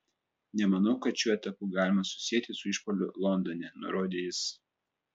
nemanau kad šiuo etapu galima susieti su išpuoliu londone nurodė jis